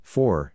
Four